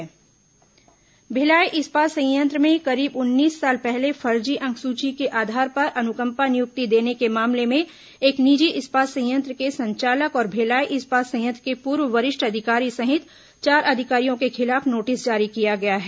Bhilai notice Bhilai इस्पात संयंत्र में करीब उन्नीस साल पहले फर्जी अंकसूची के आधार पर अनुकंपा नियुक्ति देने के मामले में एक निजी इस्पात संयंत्र के संचालक और भिलाई इस्पात संयंत्र के पूर्व वरिष्ठ अधिकारी सहित अधिकारियों के खिलाफ नोटिस जारी किया गया है